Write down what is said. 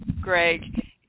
Greg